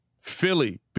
Philly